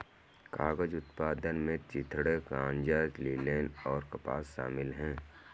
कागज उत्पादन में चिथड़े गांजा लिनेन और कपास शामिल है